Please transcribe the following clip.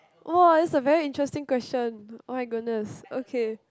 !wah! that's a very interesting question [oh]-my-goodness okay